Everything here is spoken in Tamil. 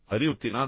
அறிவுத்திறனா